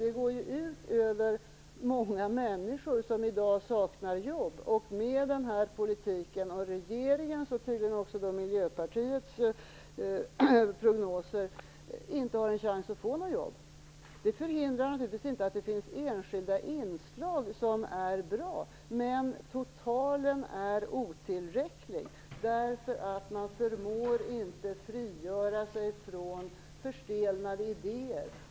Det går ut över många människor som i dag saknar jobb och som med den här politiken, enligt regeringens och tydligen också Miljöpartiets prognoser, inte har en chans att få något jobb. Det förhindrar naturligtvis inte att det finns enskilda inslag som är bra. Men totalen är otillräcklig därför att man inte förmår frigöra sig från förstelnade idéer.